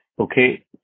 okay